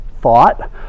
thought